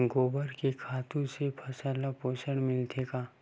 गोबर के खातु से फसल ल पोषण मिलथे का?